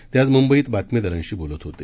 ते आज मुंबईत बातमीदारांशी बोलत होते